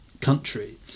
country